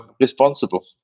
responsible